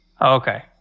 Okay